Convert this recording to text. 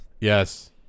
Yes